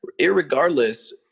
irregardless